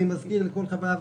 אני מזכיר לכל חברי הוועדה,